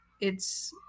It's-